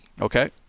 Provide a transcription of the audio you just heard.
Okay